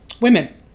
women